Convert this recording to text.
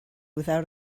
without